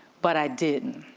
but i didn't.